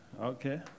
Okay